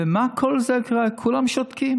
ומה, כל זה קורה, כולם שותקים.